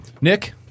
Nick